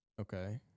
okay